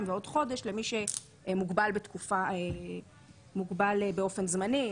ועוד חודש למי שמוגבל באופן זמני,